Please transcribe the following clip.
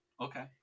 okay